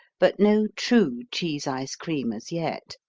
but no true cheese ice cream as yet,